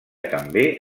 també